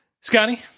Scotty